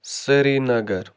Srinagar